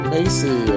Macy